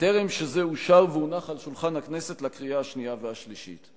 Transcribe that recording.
בטרם אושר והונח על שולחן הכנסת לקריאה השנייה והשלישית.